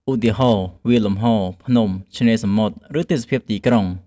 ឧទាហរណ៍ វាលលំហ ភ្នំ ឆ្នេរសមុទ្រ ឬទេសភាពទីក្រុង។